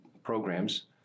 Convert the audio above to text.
programs